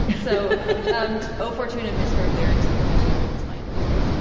so o fortuna misheard lyrics on youtube. that's my endorsement